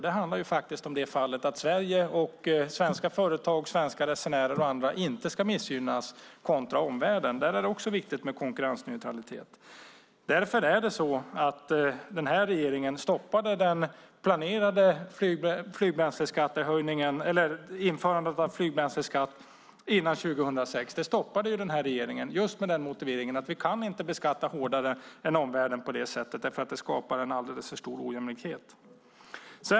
Det handlar om att Sverige, svenska företag, svenska resenärer och andra inte ska missgynnas kontra omvärlden. Där är det också viktigt med konkurrensneutralitet. Därför stoppade regeringen det före 2006 planerade införandet av flygbränsleskatt just med motiveringen att vi inte kan beskattas hårdare än omvärlden, därför att det skapar en alldeles för stor ojämlikhet.